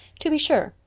to be sure,